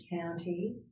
County